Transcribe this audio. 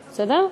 בסדר?